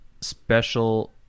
special